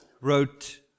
wrote